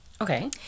Okay